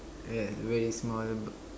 yeah very small but